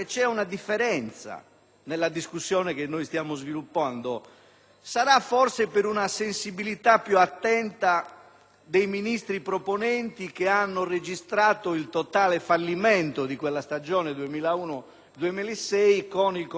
nella discussione che noi stiamo sviluppando; questo sarà forse dovuto ad una sensibilità maggiore dei Ministri proponenti, che hanno registrato il totale fallimento della stagione 2001-2006 con la conseguente pesante